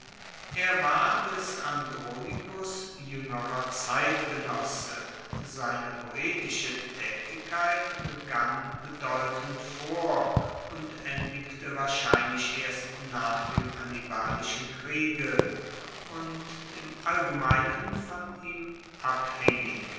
er war des andronicus juengerer zeitgenosse seine poetische taetigkeit begann bedeutend vor und endigte wahrscheinlich erst nach dem hannibalischen kriege und im allgemeinen von ihm abhaengig